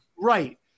Right